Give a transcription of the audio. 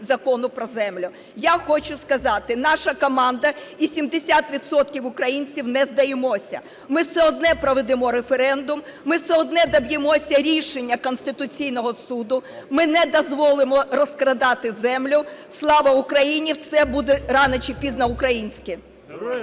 Я хочу сказати, наша команда і 70 відсотків українців не здаємося. Ми все одно проведемо референдум, ми все одно доб'ємося рішення Конституційного Суду, ми не дозволимо розкрадати землю. Слава Україні! Все буде рано чи пізно українське.